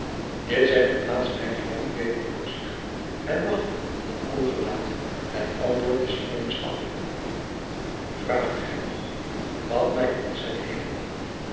dit zeggende plaatste hij de lamp weder voor zich en wachtte met een koel gelaat het aantwoord des jongelings af jacob van lennep de pleegzoon vraagt gij nog wat mij ontzet heeft